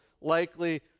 likely